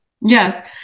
Yes